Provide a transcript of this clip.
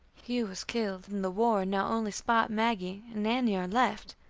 hugh was killed in the war, and now only spot, maggie, and nannie are left.